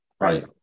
Right